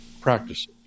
practices